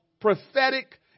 prophetic